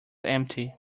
empty